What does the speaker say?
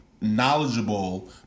knowledgeable